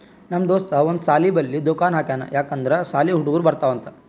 ನಮ್ ದೋಸ್ತ ಒಂದ್ ಸಾಲಿ ಬಲ್ಲಿ ದುಕಾನ್ ಹಾಕ್ಯಾನ್ ಯಾಕ್ ಅಂದುರ್ ಸಾಲಿ ಹುಡುಗರು ಬರ್ತಾರ್ ಅಂತ್